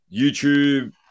youtube